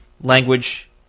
language